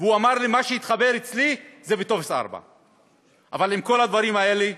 והוא אמר לי: מה שהתחבר אצלי זה בטופס 4. אבל עם כל הדברים האלה,